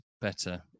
Better